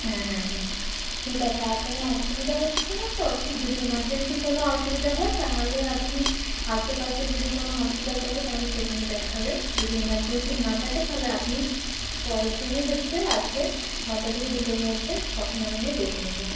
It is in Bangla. হ্যাঁ হ্যাঁ হ্যাঁ ঠিক আছে আর কোনও অসুবিধা হচ্ছে না তো তখন যদি এমার্জেন্সি কোনও অসুবিধা হয় তাহলে আপনি আশেপাশে যদি কোনও হসপিটাল থাকে তাহলে সেখানে দেখাবেন যদি এমার্জেন্সি না থাকে তাহলে আপনি পরের দিনই হচ্ছে আসবেন নটা থেকে দুটোর মধ্যে তখন আমি নাহয় দেখে নেব